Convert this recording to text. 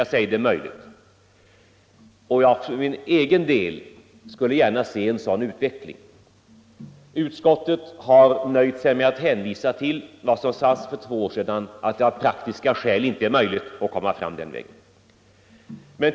Jag säger ”det är möjligt” och för min egen del Nr 30 skulle jag gärna se en sådan utveckling. Utskottet har nöjt sig med att Onsdagen den hänvisa till vad som sades för två år sedan, att det av praktiska skäl inte 5 mars 1975 är möjligt att komma fram den vägen.